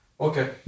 okay